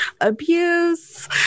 abuse